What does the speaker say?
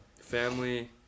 family